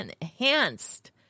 enhanced